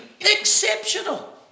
Exceptional